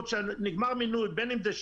ינון אנגל.